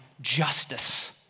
justice